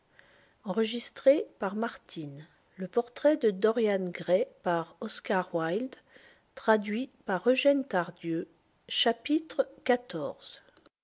le portrait de dorian gray